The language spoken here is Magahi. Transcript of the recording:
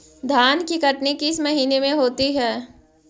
धान की कटनी किस महीने में होती है?